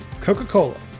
Coca-Cola